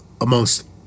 amongst